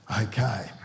Okay